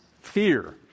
fear